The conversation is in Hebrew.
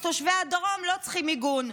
אז תושבי הדרום לא צריכים מיגון.